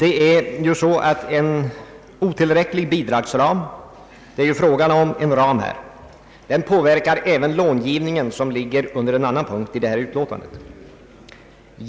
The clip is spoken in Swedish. En otillräcklig bidragsram — det är ju fråga om en ram här — påverkar även långivningen, som behandlas under en annan punkt i detta utlåtande.